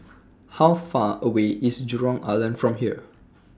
How Far away IS Jurong Island from here